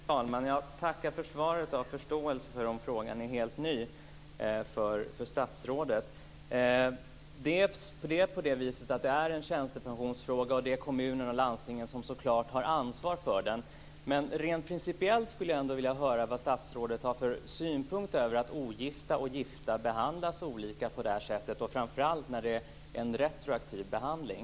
Fru talman! Jag tackar för svaret och har förståelse för om frågan är helt ny för statsrådet. Det är en tjänstepensionsfråga. Det är kommunerna och landstingen som har ansvar för den. Men jag skulle ändå rent principiellt vilja höra vad statsrådet har för synpunkter på att ogifta och gifta behandlas olika på det här sättet, framför allt när det gäller en retroaktiv behandling.